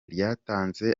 ryatanze